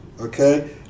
Okay